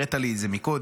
הראית לי את זה קודם,